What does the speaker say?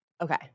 Okay